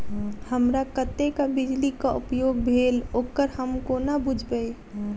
हमरा कत्तेक बिजली कऽ उपयोग भेल ओकर हम कोना बुझबै?